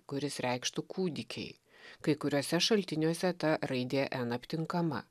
kuris reikštų kūdikiai kai kuriuose šaltiniuose ta raidė n aptinkama